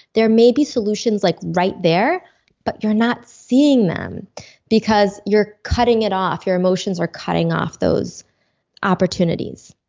there may be solutions like right there but you're not seeing them because you're cutting it off. your emotions are cutting off those opportunities.